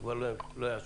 הוא כבר לא יעשן.